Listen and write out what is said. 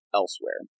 elsewhere